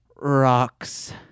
rocks